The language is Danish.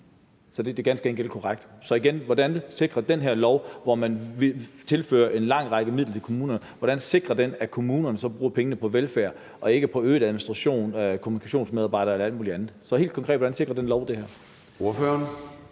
Så det er ganske enkelt ikke korrekt. Så jeg vil spørge igen: Hvordan sikrer den her lov, hvor man tilfører kommunerne en lang række midler, at kommunerne så bruger pengene på velfærd og ikke på øget administration, kommunikationsmedarbejdere eller alt muligt andet? Så hvordan sikrer den her lov helt